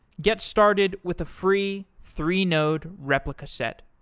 get started with a free three-node replica set,